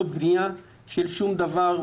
לא בנייה של שום דבר,